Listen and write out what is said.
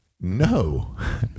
no